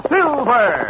Silver